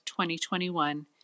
2021